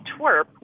twerp